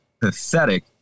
pathetic